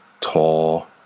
tall